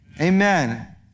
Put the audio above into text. Amen